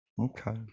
okay